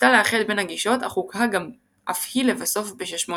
שניסתה לאחד בין שתי הגישות אך הוקעה אף היא לבסוף ב-681.